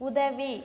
உதவி